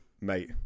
Mate